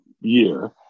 year